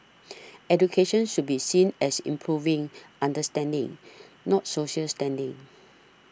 education should be seen as improving understanding not social standing